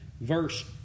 verse